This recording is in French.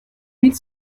mille